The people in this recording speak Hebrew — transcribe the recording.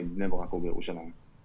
פלטפורמה נוספת אבל אנחנו לא משרד